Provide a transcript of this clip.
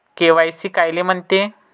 KYC कायले म्हनते?